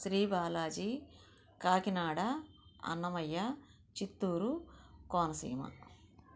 Shri Balaji Kakinada Annamayya Chittoor Konaseema